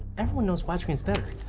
everyone knows wide screen is better.